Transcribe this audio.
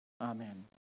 Amen